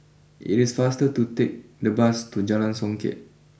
it is faster to take the bus to Jalan Songket